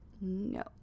no